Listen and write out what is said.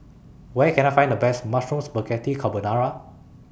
Where Can I Find The Best Mushroom Spaghetti Carbonara